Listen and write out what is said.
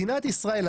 מדינת ישראל,